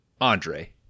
Andre